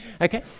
Okay